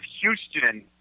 Houston